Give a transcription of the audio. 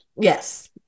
Yes